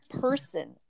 person